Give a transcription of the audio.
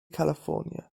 california